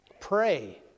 Pray